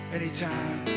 anytime